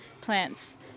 plants